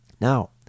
Now